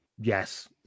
yes